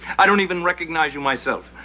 i don't even recognize you myself.